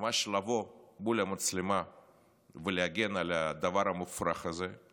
ממש לבוא מול המצלמה ולהגן על הדבר המופרך הזה.